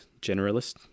generalist